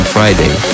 Friday